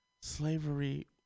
Slavery